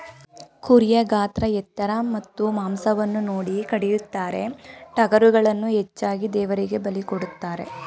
ಕುರಿಯ ಗಾತ್ರ ಎತ್ತರ ಮತ್ತು ಮಾಂಸವನ್ನು ನೋಡಿ ಕಡಿಯುತ್ತಾರೆ, ಟಗರುಗಳನ್ನು ಹೆಚ್ಚಾಗಿ ದೇವರಿಗೆ ಬಲಿ ಕೊಡುತ್ತಾರೆ